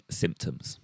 symptoms